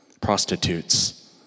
prostitutes